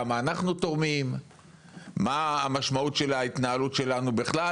כמה אנחנו תורמים ומהי המשמעות של ההתנהלות שלנו בכלל,